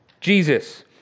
Jesus